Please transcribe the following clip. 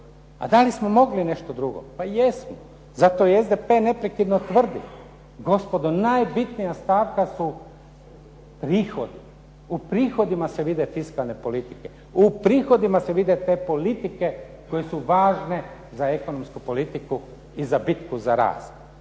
A da li smo mogli nešto drugo? Pa jesmo. Zato i SDP neprekidno tvrdi, gospodo, najbitnija stavka su prihodi. U prihodima se vide fiskalne politike. U prihodima se vide te politike koje su važne za ekonomsku politiku i za bitku za …